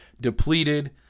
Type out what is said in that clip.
depleted